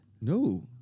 No